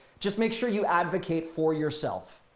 just make sure you advocate for yourself.